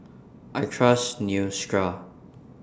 I Trust Neostrata